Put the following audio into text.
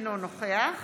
אינו נוכח